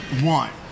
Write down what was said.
one